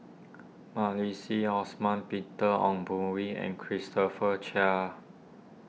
Osman Peter Ong Boon Kwee and Christopher Chia